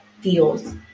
feels